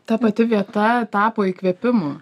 ta pati vieta tapo įkvėpimu